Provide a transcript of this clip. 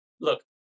look